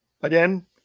again